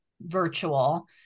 virtual